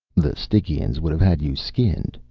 the stygians would have had you skinned.